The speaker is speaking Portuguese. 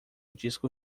disco